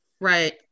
Right